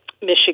Michigan